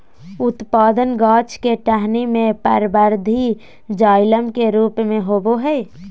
उत्पादन गाछ के टहनी में परवर्धी जाइलम के रूप में होबय हइ